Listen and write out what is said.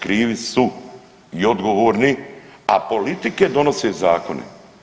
Krivi su i odgovorni, a politike donose zakone.